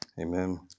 Amen